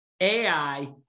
AI